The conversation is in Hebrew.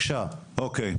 אוקיי.